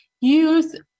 use